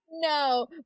No